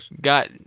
got